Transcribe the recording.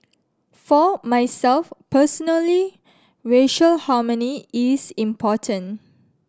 for myself personally racial harmony is important